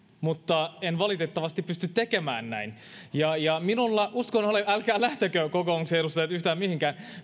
mutta en valitettavasti pysty tekemään niin ja uskon että minulla on älkää lähtekö kokoomuksen edustajat yhtään mihinkään